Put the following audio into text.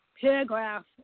paragraph